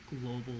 global